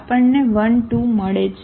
આપણને 12 મળે છે